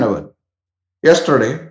yesterday